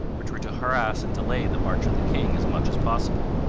which were to harass and delay the march of the king as much as possible,